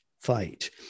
fight